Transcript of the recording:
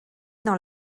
dans